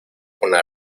una